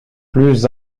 plus